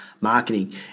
marketing